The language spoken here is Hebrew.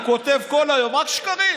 הוא כותב כל היום רק שקרים.